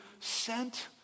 sent